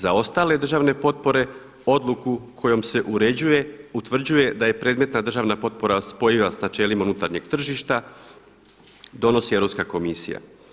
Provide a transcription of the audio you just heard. Za ostale države potpore odluku kojom se uređuje, utvrđuje da je predmetna državna potpora spojiva sa načelima unutarnjeg tržišta donosi Europska komisija.